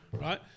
right